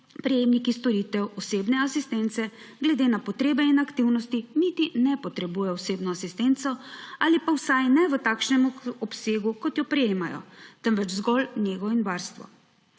prejemniki storitev osebne asistence glede na potrebe in aktivnosti niti ne potrebujejo osebne asistence ali pa vsaj ne v takšnem obsegu, kot jo prejemajo, temveč zgolj nego in varstvo.